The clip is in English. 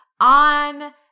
on